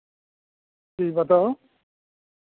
जी बताउ